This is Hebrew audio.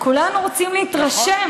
כולנו רוצים להתרשם